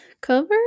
cover